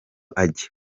ajya